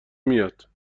میاد